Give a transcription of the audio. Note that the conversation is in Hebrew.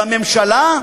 בממשלה,